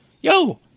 Yo